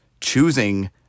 choosing